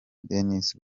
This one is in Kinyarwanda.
denis